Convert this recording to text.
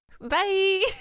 Bye